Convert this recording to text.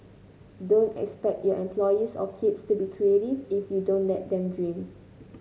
don't expect your employees or kids to be creative if you don't let them dream